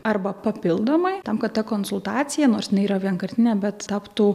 arba papildomai tam kad ta konsultacija nors yra vienkartinė bet taptų